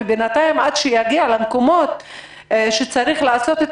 ובינתיים עד שהיא תגיע למקומות שצריך לערוך בהם את